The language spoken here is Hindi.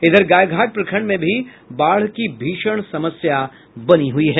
इधर गायघाट प्रखंड में भी बाढ़ की भीषण समस्या बनी हुई है